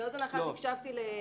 באוזן אחת הקשבתי לחברתי.